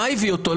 מה הביא אותו?